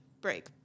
break